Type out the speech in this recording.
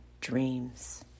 dreams